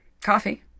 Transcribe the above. Coffee